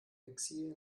exil